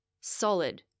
solid